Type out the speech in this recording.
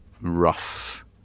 rough